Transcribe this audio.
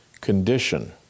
condition